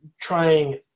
trying